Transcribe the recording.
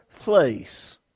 place